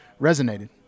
resonated